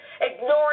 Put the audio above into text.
ignoring